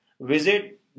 visit